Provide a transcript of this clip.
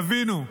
תבינו,